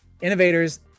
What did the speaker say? innovators